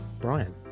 Brian